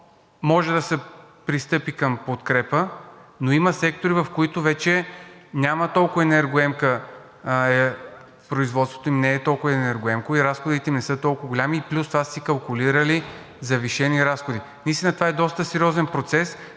може да се пристъпи към подкрепа, но има сектори, в които производството вече не е толкова енергоемко и разходите им не са толкова големи, а плюс това са си калкулирали завишени разходи. Наистина това е доста сериозен процес,